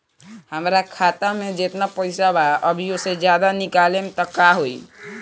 हमरा खाता मे जेतना पईसा बा अभीओसे ज्यादा निकालेम त का होई?